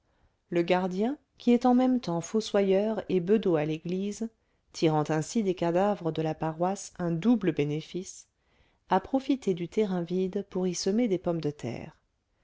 le gardien qui est en même temps fossoyeur et bedeau à l'église tirant ainsi des cadavres de la paroisse un double bénéfice a profité du terrain vide pour y semer des pommes de terre